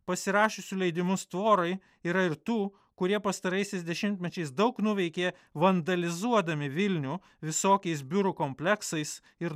pasirašiusių leidimus tvorai yra ir tų kurie pastaraisiais dešimtmečiais daug nuveikė vandalizuodami vilnių visokiais biurų kompleksais ir